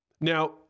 Now